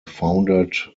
foundered